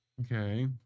Okay